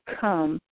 come